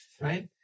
right